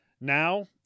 Now